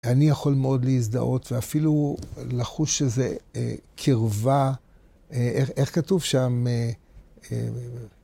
אני יכול מאוד להזדהות ואפילו לחוש שזה קרבה, איך כתוב שם?